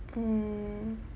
mm